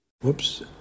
Whoops